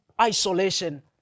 isolation